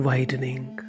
Widening